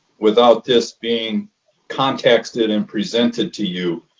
without this being contexted and presented to you.